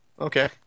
Okay